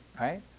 right